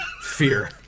fear